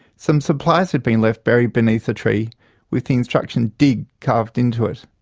some supplies had been left buried beneath a tree with the instruction dig carved into it.